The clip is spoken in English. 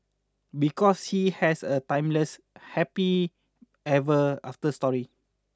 because he has a timeless happy ever after story